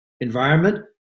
environment